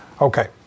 Okay